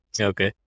Okay